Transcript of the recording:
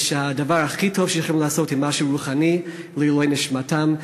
ושהדבר הכי טוב לעשות זה משהו רוחני לעילוי נשמתם.